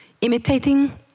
imitating